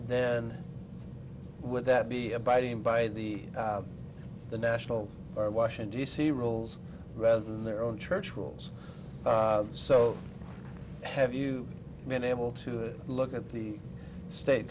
then would that be abiding by the the national or washington d c rules rather than their own church rules so have you been able to look at the state